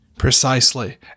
precisely